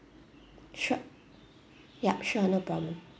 sure yup sure no problem